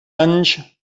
anys